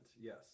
yes